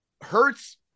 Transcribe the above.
Hurts